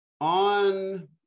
on